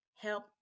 help